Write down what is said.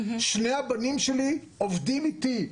שני הבנים לי עובדים איתי,